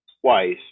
twice